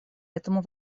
этому